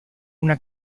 una